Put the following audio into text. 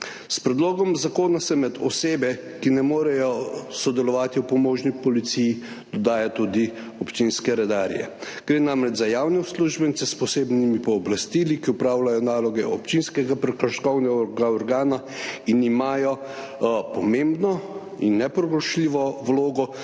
S predlogom zakona se med osebe, ki ne morejo sodelovati v pomožni policiji, dodaja tudi občinske redarje. Gre namreč za javne uslužbence s posebnimi pooblastili, ki opravljajo naloge občinskega prekrškovnega organa in imajo pomembno in nepogrešljivo vlogo